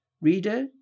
Reader